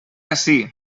ací